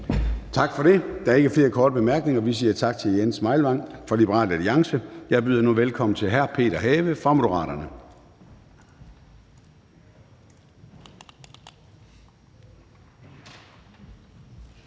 Gade): Der er ikke flere korte bemærkninger, så vi siger tak til hr. Jens Meilvang fra Liberal Alliance. Jeg byder nu velkommen til hr. Peter Have fra Moderaterne.